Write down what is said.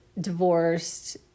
divorced